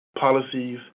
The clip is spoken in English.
policies